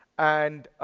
and